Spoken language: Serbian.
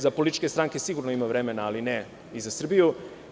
Za političke stranke sigurno ima vremena, ali ne i za Srbiju.